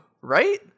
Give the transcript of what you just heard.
right